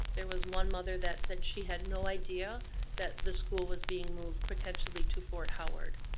there was one mother that said she had no idea that the school was being moved, potentially to fort howard.